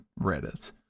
Reddit